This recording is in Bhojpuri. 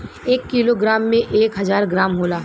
एक कीलो ग्राम में एक हजार ग्राम होला